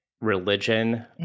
religion